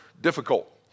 difficult